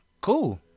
Cool